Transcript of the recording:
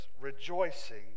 rejoicing